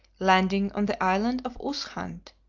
landing on the island of ushant,